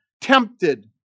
tempted